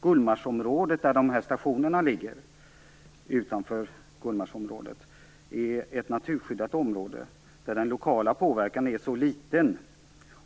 Gullmarsområdet, utanför vilket de här stationerna ligger, är ett naturskyddat område med endast liten lokal påverkan,